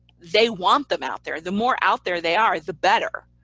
they want them out there. the more out there they are the better.